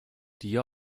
dir